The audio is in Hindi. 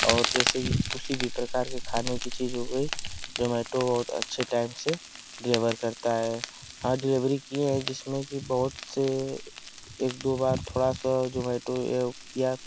और जैसे कि किसी भी प्रकार के खाने की चीज़ हो गई जोमेटो बहुत अच्छे टाइम से डिलीभर करता है हाँ डिलीभरी की हैं जिसमें की बहुत एक दो बार थोड़ा सा जोमेटो क्या कहीं